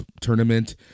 Tournament